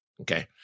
okay